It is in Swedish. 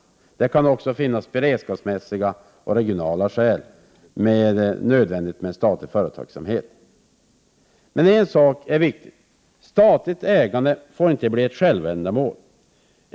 Det kan också finnas beredskapsskäl och regionala skäl till att det är nödvändigt med statlig företagsamhet. En sak är emellertid viktig, nämligen att statligt ägande inte får bli ett självändamål.